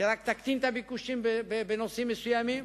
שרק תקטין את הביקושים בנושאים מסוימים.